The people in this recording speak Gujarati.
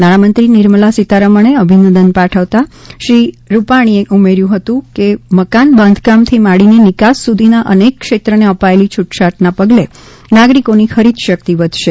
નાણામંત્રી નિર્મળા સીતારમણને અભિનંદન પાઠવતા શ્રી રૂપાણીએ ઉમેર્યું હતું કે મકાન બાંધકામથી માંડીને નિકાસ સુધીના અનેક ક્ષેત્રને અપાયેલી છુટછાટને પગલે નાગરિકોની ખરીદશક્તિ વધશે